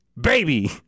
baby